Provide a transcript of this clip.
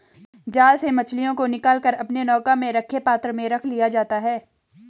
जाल से मछलियों को निकाल कर अपने नौका में रखे पात्र में रख लिया जाता है